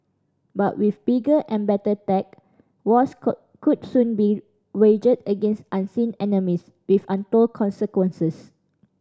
but with bigger and better tech wars could soon be waged against unseen enemies with untold consequences